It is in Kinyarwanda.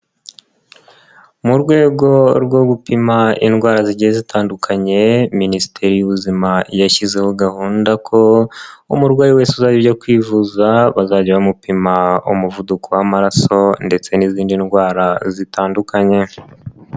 Mu rwego rwo gupima indwara zigiye zitandukanye Minisiteri y'Ubuzima yashyizeho gahunda ko umurwayi wese uzajya ujya kwivuza bazajya bamupima umuvuduko w'amaraso ndetse n'izindi ndwara zitandukanye.